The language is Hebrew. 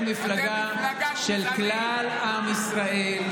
אנחנו מפלגה של כלל עם ישראל.